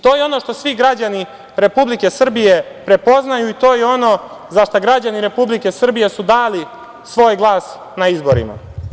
To je ono što svi građani Republike Srbije prepoznaju i to je ono za šta građani Republike Srbije su dali svoj glas na izborima.